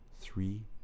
three